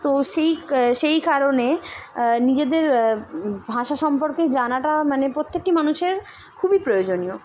তো সেই সেই কারণে নিজেদের ভাষা সম্পর্কে জানাটা মানে প্রত্যেকটি মানুষের খুবই প্রয়োজনীয়